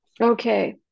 Okay